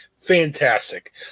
Fantastic